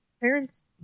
parents